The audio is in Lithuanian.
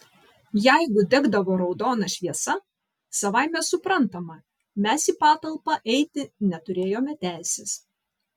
jeigu degdavo raudona šviesa savaime suprantama mes į patalpą eiti neturėjome teisės